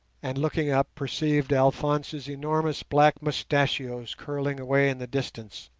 and looking up perceived alphonse's enormous black mustachios curling away in the distance.